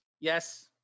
Yes